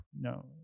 no